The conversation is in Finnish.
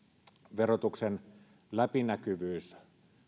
verotuksen läpinäkyvyys